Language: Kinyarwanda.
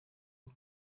w’u